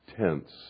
tense